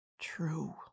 True